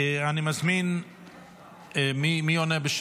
מי עונה?